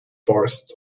forests